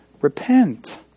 Repent